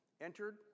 Entered